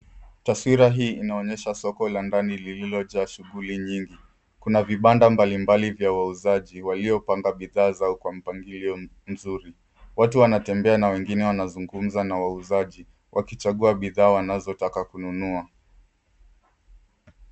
Taswira hii inaonyesha soko la ndani lililojaa shughuli nyingi. Kuna vibanda mbalimbali vya wauzaji waliopanga bidhaa zao kwa mpangilio mzuri. Watu wanatembea na wengine wanazungumza na wauzaji wakichagua bidhaa wanazotaka kununua.